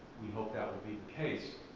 we hope that would be the case.